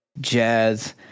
jazz